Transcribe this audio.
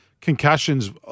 concussions